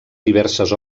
diverses